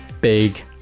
Big